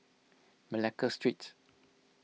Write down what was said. Malacca Street